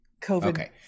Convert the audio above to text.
COVID